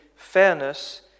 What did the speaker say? Fairness